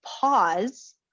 pause